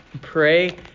Pray